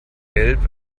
gelb